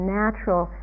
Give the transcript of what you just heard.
natural